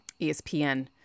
ESPN